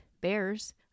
bears